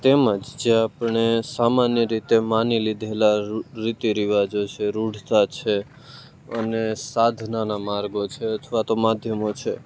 તેમજ જે આપણે સામાન્ય રીતે માની લીધેલાં રીતિ રિવાજો છે રૂઢતા છે અને સાધનાના માર્ગો છે અથવા તો માધ્યમો છે